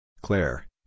Claire